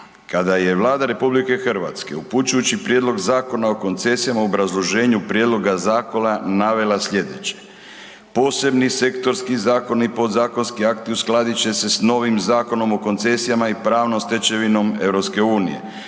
kada je Vlada RH upućujući prijedlog Zakona o koncesijama u obrazloženju prijedloga zakona navela sljedeće. Posebni sektorski zakoni i podzakonski akti uskladit će se s novim Zakonom o koncesijama i pravnom stečevinom EU.